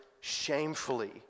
shamefully